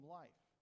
life